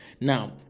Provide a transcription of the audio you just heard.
now